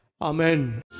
Amen